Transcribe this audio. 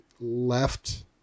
left